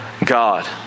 God